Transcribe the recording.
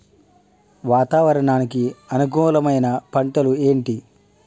వాతావరణానికి అనుకూలమైన పంటలు ఏంటి?